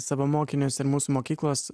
savo mokinius ir mūsų mokyklos